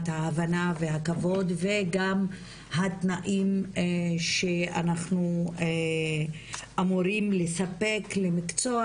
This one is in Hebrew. ההבנה והכבוד וגם התנאים שאנחנו אמורים לספק למקצוע,